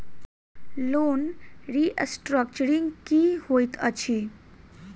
Loan restructuring की होइत अछि?